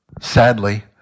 sadly